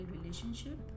relationship